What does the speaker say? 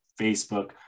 Facebook